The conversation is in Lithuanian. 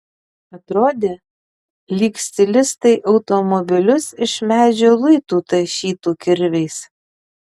atrodė lyg stilistai automobilius iš medžio luitų tašytų kirviais